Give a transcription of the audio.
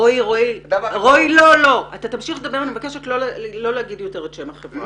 רועי, לא להגיד יותר את שם החברה.